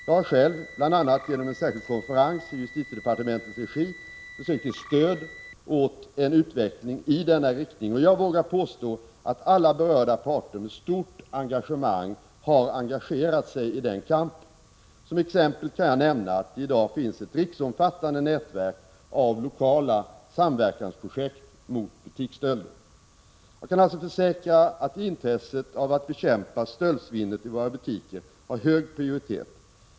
Jag har själv, bl.a. genom en särskild konferens i justitiedepartementets regi, försökt ge stöd åt en utveckling i denna riktning, och jag vågar påstå att alla berörda parter med stort allvar har engagerat sig i den kampen. Som exempel kan jag nämna att det i dag finns ett riksomfattande nätverk av lokala samverkansprojekt mot butiksstölder. Jag kan alltså försäkra att intresset av att bekämpa stöldsvinnet i våra butiker har hög prioritet.